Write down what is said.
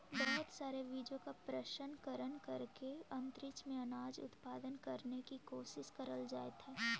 बहुत सारे बीजों का प्रशन करण करके अंतरिक्ष में अनाज उत्पादन करने की कोशिश करल जाइत हई